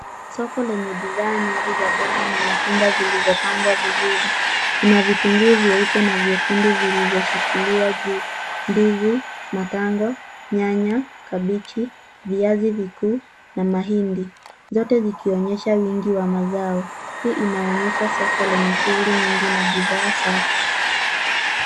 Soko lenye bidhaa nyingi za mboga na matunda zilizopangwa vizuri. Kuna vitunguu vyeupe na vyekundu vilivyoshikiliwa juu, ndizi, matango, nyanya, kabichi, viazi vikuu na mahindi. Zote zikionyesha wingi wa mazao. Hii inaonyesha soko lenye shughuli nyingi na bidhaa safi.